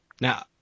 Now